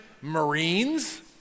Marines